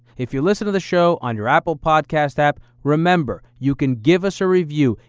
if you listen to the show on your apple podcast app, remember, you can give us a review.